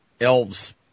elves